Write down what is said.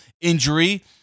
injury